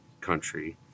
country